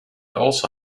also